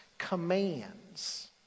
commands